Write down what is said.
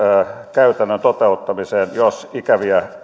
käytännön toteuttamiseen jos ikäviä